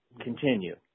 continue